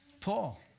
Paul